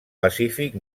pacífic